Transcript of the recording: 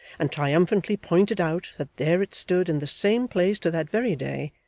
and triumphantly pointed out that there it stood in the same place to that very day,